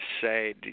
say